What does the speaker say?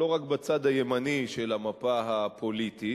לא רק בצד הימני של המפה הפוליטית,